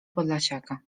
podlasiaka